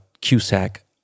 Cusack